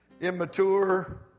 immature